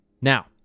Now